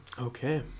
okay